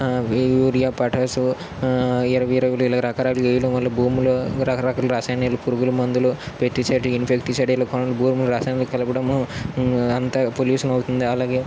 Uriah పటాసు ఎరువులు ఇలా రకరకాలు వేయడం వల్ల భూమిలో రకరకాల రసాయనాలు పురుగులమందులు పెస్టిసైడ్ ఇన్ఫెక్టిసైడ్ ఇలా కొన్ని భూమిలో రసాయనాలు కలపడము అంతా పొల్యూషన్ అవుతుంది అలాగే